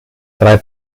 drei